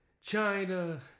China